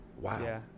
Wow